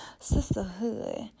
Sisterhood